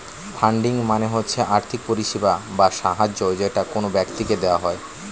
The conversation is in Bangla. ফান্ডিং মানে হচ্ছে আর্থিক পরিষেবা বা সাহায্য যেটা কোন ব্যক্তিকে দেওয়া হয়